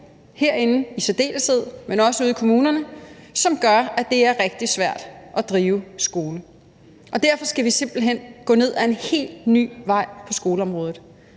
herinde i særdeleshed, men også ude i kommunerne, som gør, at det er rigtig svært at drive skole. Derfor skal vi simpelt hen gå ned ad en helt ny vej på skoleområdet.